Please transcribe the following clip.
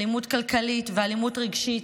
אלימות כלכלית ואלימות רגשית.